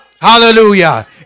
Hallelujah